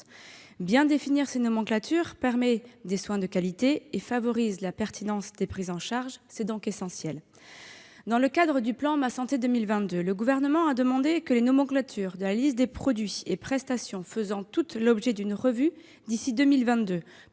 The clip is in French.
Bien définir ces nomenclatures permet des soins de qualité et favorise la pertinence des prises en charge. Il s'agit donc d'une étape essentielle. Dans le cadre du plan Ma santé 2022, le Gouvernement a demandé que les nomenclatures de la liste des produits et prestations fassent toutes l'objet d'une revue d'ici à 2022,